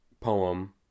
poem